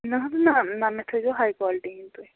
نہٕ حظ نَہ نَہ مےٚ تھٲیزیو ہَے کالٹی ہِنٛدۍ تُہۍ